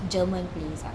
german place ah